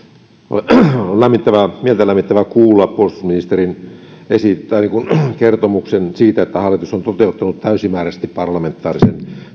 on mieltä lämmittävää kuulla puolustusministerin kertomus siitä että hallitus on toteuttanut täysimääräisesti parlamentaarisen